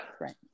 Right